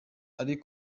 ari